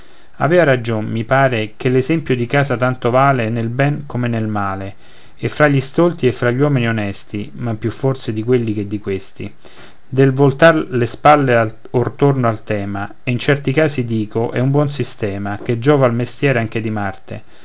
avea ragion mi pare che l'esempio di casa tanto vale nel ben come nel male e fa gli stolti e fa gli uomini onesti ma più forse di quelli che di questi del voltare le spalle or torno al tema e in certi casi dico è un buon sistema che giova nel mestier anche di marte